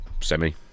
semi